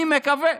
אני מקווה